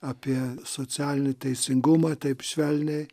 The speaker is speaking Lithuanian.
apie socialinį teisingumą taip švelniai